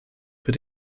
für